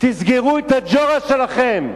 תסגרו את הג'ורה שלכם.